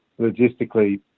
logistically